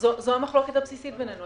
זאת המחלוקת הבסיסית בינינו,